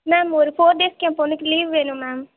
ma'am ஒரு four டேஸ்கு என் பொண்ணுக்கு லீவ் வேணும் மேம்